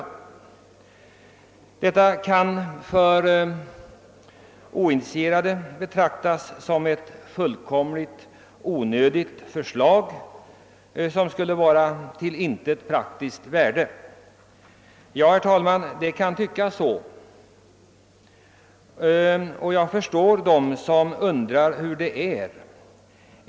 Detta kan av en oinitierad betraktas :som ett fullkomligt onödigt förslag, som skulle vara utan praktiskt värde. Ja, herr talman, det kan tyckas så, och jag förstår dem som undrar hur det är.